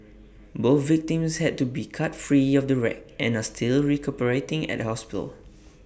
both victims had to be cut free of the wreck and are still recuperating at A hospital